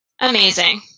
Amazing